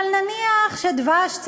אבל נניח שדבש,